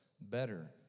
better